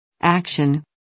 Action